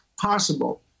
possible